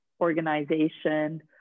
organization